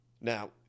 Now